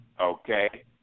okay